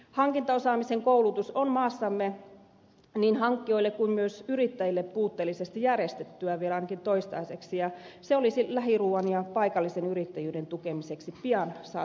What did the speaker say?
hankintaosaamisen koulutus on maassamme niin hankkijoille kuin myös yrittäjille puutteellisesti järjestettyä vielä ainakin toistaiseksi ja se olisi lähiruuan ja paikallisen yrittäjyyden tukemiseksi pian saatettava kuntoon